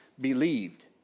believed